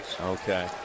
Okay